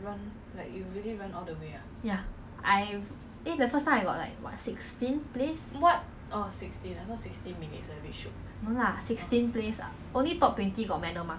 girls versus guys also lah then I think sec two I got like what fourth or was it sec three